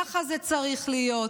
ככה זה צריך להיות,